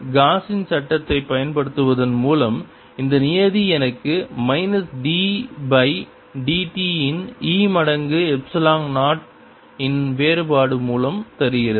காஸின்Gauss's சட்டத்தைப் பயன்படுத்துவதன் மூலம் இந்த நியதி எனக்கு minus d by d t இன் e மடங்கு எப்சிலன் 0 இன் வேறுபாட்டின் மூலம் தருகிறது